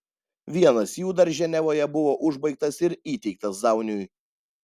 vienas jų dar ženevoje buvo užbaigtas ir įteiktas zauniui